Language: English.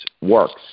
works